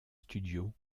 studios